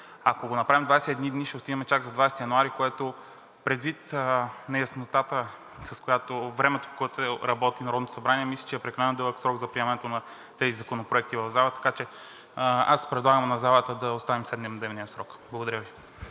Ако го направим 21 дни, ще отиде чак за 20 януари, което предвид неяснотата, с което, времето, работи Народното събрание, мисля, че е прекалено дълъг срок за приемането на тези законопроекти в залата. Така че аз предлагам на залата да оставим 7-дневния срок. Благодаря Ви.